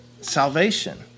salvation